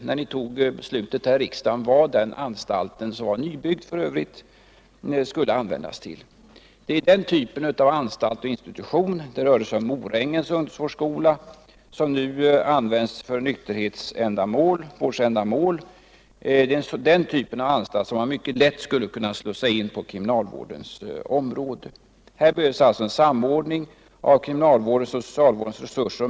marknadsnär beslutet togs av riksdagen, visste vad den anstalten skulle användas föringen av till. Det är den typen av anstalt och institution — det rörde sig om Morängens pornografi ungdomsvårdsskola, som nu används för nykterhetsvårdsändamål — som man mycket lätt skulle kunna slussa in på kriminalvårdens område. Här behövs alltså en samordning av kriminalvårdens och socialvårdens resurser.